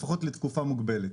לפחות לתקופה מוגבלת.